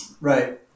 Right